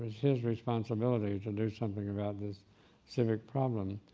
his responsibility to do something about this civic problem.